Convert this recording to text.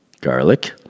Garlic